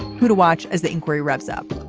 who to watch as the inquiry wraps up.